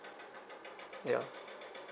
yeah